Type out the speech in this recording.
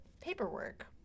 paperwork